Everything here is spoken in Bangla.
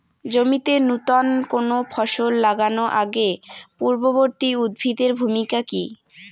জমিতে নুতন কোনো ফসল লাগানোর আগে পূর্ববর্তী উদ্ভিদ এর ভূমিকা কি?